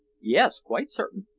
yes quite certain.